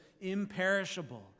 imperishable